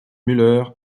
muller